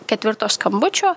ketvirto skambučio